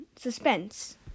suspense